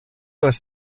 les